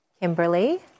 Kimberly